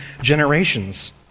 generations